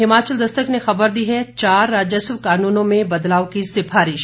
हिमाचल दस्तक ने खबर दी है चार राजस्व कानूनों में बदलाव की सिफारिश